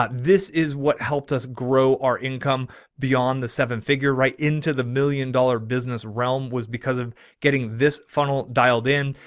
but this is what helped us grow our income beyond the seven figure right into the million dollar business realm was because of getting this funnel dialed in.